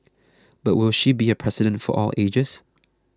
but will she be a president for all ages